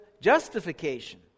justification